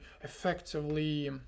effectively